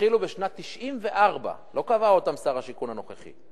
התחילו בשנת 1994. לא קבע אותם שר השיכון הנוכחי.